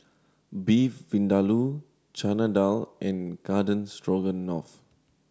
Beef Vindaloo Chana Dal and Garden Stroganoff